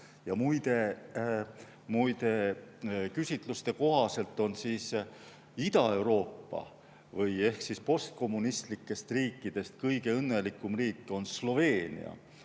Muide, küsitluste kohaselt on Ida-Euroopa või postkommunistlikest riikidest kõige õnnelikum riik Sloveenia,